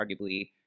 arguably